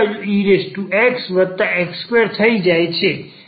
આથિ હવે આપણે y થી મુક્ત થઈ જઈએ છે